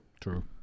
True